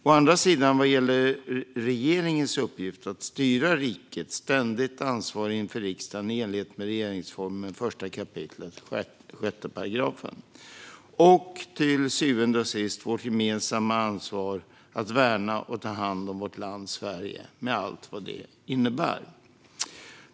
Å andra sidan vad gäller regeringens uppgift att styra riket, ständigt ansvarig inför riksdagen, i enlighet med regeringsformen 1 kap. 6 §. Och till syvende och sist vårt gemensamma ansvar att värna och ta hand om vårt land Sverige med allt vad det innebär.